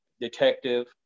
detective